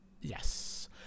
Yes